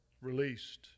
released